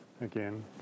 again